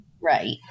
right